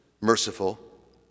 merciful